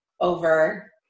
over